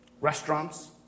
restaurants